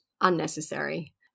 unnecessary